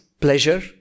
pleasure